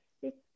six